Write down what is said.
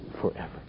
forever